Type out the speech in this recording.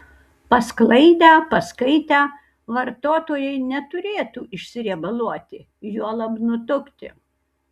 pasklaidę paskaitę vartotojai neturėtų išsiriebaluoti juolab nutukti